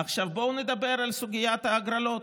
עכשיו בואו נדבר על סוגיית ההגרלות,